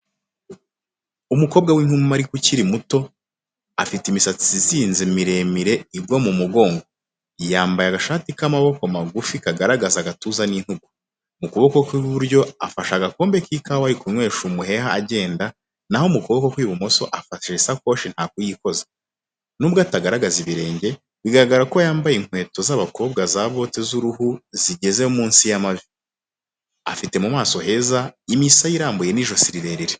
Umukobwa w'inkumi ariko ukiri muto. Afite imisatsi izinze miremire igwa mu mugongo. Yambaye agashati k'amaboko magufi kagaragaza agatuza n'intugu. Mu kuboko kwe kw'iburyo afashe agakombe k'ikawa arimo kunywesha umuheha agenda, na ho mu kw'ibumoso afashe isakoshi nta kuyikoza. Nubwo atagaragara ibirenge, biragaragara ko yambaye inkweto z'abakobwa za bote z'uruhu zigeze munsi y'amavi. Afite mu maso heza, imisaya irambuye n'ijosi rirerire.